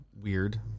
weird